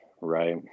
Right